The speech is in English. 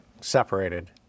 separated